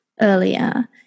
earlier